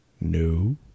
No